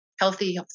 healthy